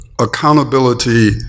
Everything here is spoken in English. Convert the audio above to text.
accountability